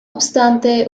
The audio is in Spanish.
obstante